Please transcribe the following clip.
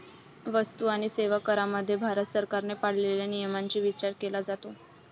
वस्तू आणि सेवा करामध्ये भारत सरकारने पाळलेल्या नियमांचा विचार केला जातो